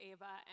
Ava